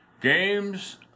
Games